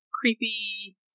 creepy